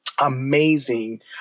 amazing